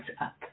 up